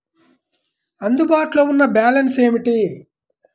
అందుబాటులో ఉన్న బ్యాలన్స్ ఏమిటీ?